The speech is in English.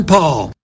Paul